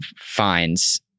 finds